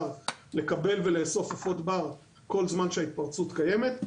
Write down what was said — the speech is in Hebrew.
לקבל ולאסוף עופות בר כל זמן שההתפרצות קיימת.